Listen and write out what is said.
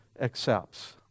accepts